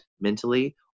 mentally